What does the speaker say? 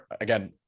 Again